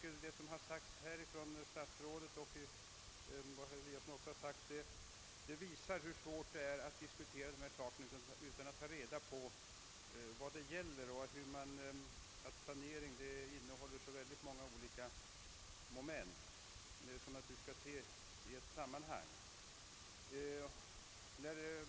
Både vad statsrådet och herr Eliasson i Sundborn sagt i dag visar hur svårt det är att diskutera dessa frågor, om man inte först tar reda på vad de egentligen gäller. Planering innehåller så många olika moment som naturligtvis till slut skall ses i ett sammanhang.